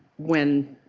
when